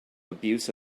abuse